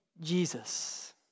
Jesus